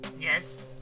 Yes